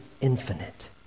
infinite